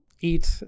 eat